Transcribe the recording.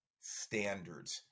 standards